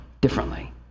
differently